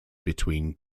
between